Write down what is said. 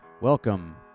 Welcome